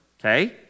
okay